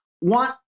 want